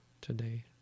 today